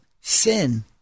sin